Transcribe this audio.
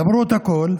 למרות הכול,